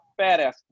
badass